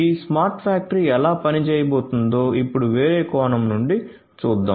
ఈ smart factory ఎలా పని చేయబోతోందో ఇప్పుడు వేరే కోణం నుండి చూద్దాం